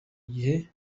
igihe